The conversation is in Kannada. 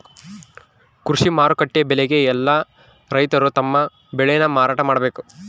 ಕೃಷಿ ಮಾರುಕಟ್ಟೆ ಬೆಲೆಗೆ ಯೆಲ್ಲ ರೈತರು ತಮ್ಮ ಬೆಳೆ ನ ಮಾರಾಟ ಮಾಡ್ಬೇಕು